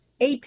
AP